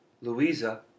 Louisa